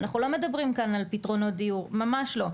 אנחנו לא מדברים כאן על פתרונות דיור, ממש לא.